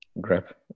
grab